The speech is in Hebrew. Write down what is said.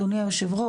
אדוני היו"ר,